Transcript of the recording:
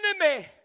enemy